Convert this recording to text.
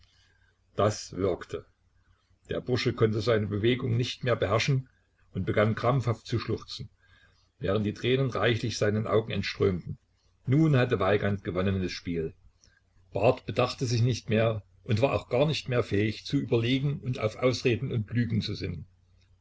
das wirkte der bursche konnte seine bewegung nicht mehr beherrschen und begann krampfhaft zu schluchzen während die tränen reichlich seinen augen entströmten nun hatte weigand gewonnenes spiel barth bedachte sich nicht mehr und war auch gar nicht mehr fähig zu überlegen und auf ausreden und lügen zu sinnen